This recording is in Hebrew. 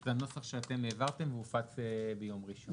זה הנוסח שאתם העברתם והופץ ביום ראשון.